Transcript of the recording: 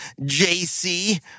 JC